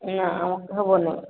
ନା ଆମ ହବନି